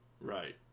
Right